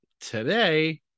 Today